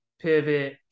pivot